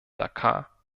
dakar